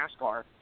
NASCAR